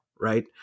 right